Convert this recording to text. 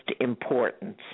importance